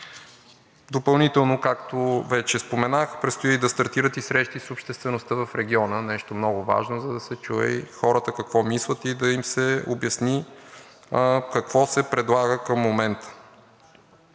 Допълнително, както вече споменах, предстои да стартират и срещи с обществеността в региона – нещо много важно, за да се чуе и хората какво мислят, и да им се обясни какво се предлага към момента.